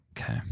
Okay